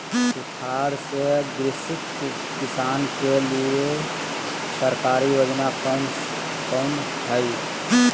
सुखाड़ से ग्रसित किसान के लिए सरकारी योजना कौन हय?